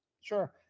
Sure